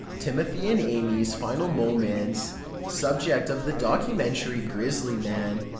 timothy's and amie's final moments subject of the documentary grizzly man,